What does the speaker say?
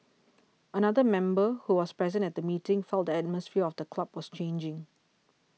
another member who was present at the meeting felt the atmosphere of the club was changing